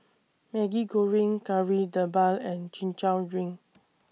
Maggi Goreng Kari Debal and Chin Chow Drink